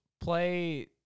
Play